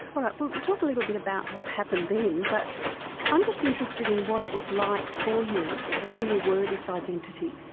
all right, we'll talk a little about what happened then, but i'm just interested in what it was like for you when you were this identity.